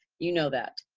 you know that.